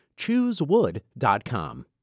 Choosewood.com